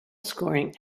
scoring